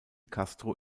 castro